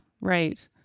right